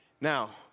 Now